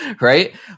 right